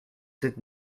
sept